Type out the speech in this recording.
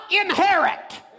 inherit